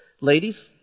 Ladies